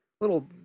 little